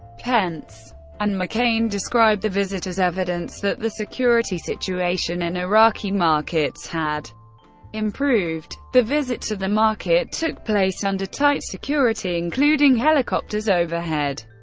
pence and mccain described the visit as evidence that the security situation in iraqi markets had improved. the visit to the market took place under tight security, including helicopters overhead,